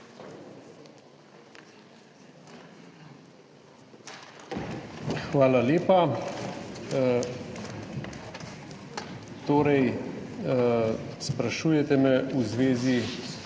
Hvala lepa. Sprašujete me v zvezi